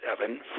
seven